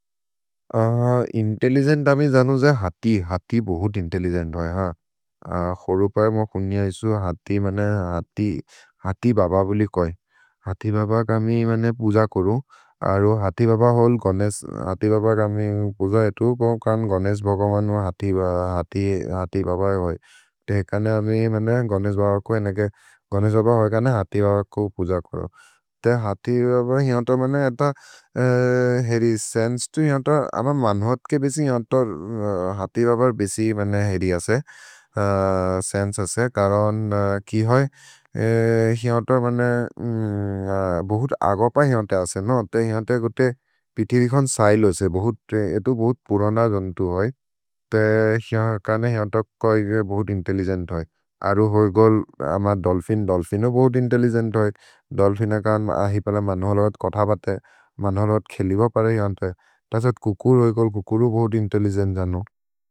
इन्तेल्लिगेन्त् अमि जनु जे हति, हति बहुत् इन्तेल्लिगेन्त् होइ। खोरु पए मो कुर्निअ इसु हति, हति बब बोलि कोइ। हति बब क मि पुज कुरु। अरो हति बब होल् गनेश्, हति बब क मि पुज एतु कौन् गनेश् भग्वन् होइ हति बब होइ। ते एकने अमि गनेश् बब होइ कने हति बब को पुज कोरो। ते हति बब हिअत मेने एत हेरि सेन्से तु हिअत अम मन्हत् के बेसि हिअत हति बब बेसि मेने हेरि असे सेन्से असे। करन् कि होइ, हिअत मेने बहुत् अगप हिअत असे नो ते हिअत गोते पिथिरिकोन् शैल् होइसे, एतु बहुत् पुरन जन्तु होइ। ते हिअत कने हिअत कोइ बोहुत् इन्तेल्लिगेन्त् होइ। अरो होइ गोल् अम दोल्फिन्, दोल्फिन् हो बोहुत् इन्तेल्लिगेन्त् होइ। दोल्फिन कौन् हि पल मन्होलत् कथबते, मन्होलत् खेलिब परे हि जन्तु होइ। तस कुकुर् होइ गोल्, कुकुरु बोहुत् इन्तेल्लिगेन्त् जन्तु।